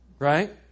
Right